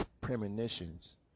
premonitions